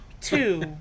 two